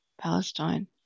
Palestine